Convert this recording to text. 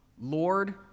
Lord